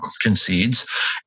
concedes